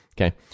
Okay